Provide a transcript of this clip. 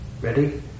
Ready